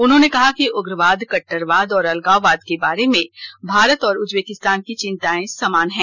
उन्होंने कहा कि उग्रवाद कट्टरवाद और अलगाववाद के बारे में भारत और उज्बेकिस्तान की चिंताएं समान हैं